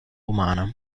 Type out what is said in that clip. umana